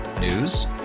News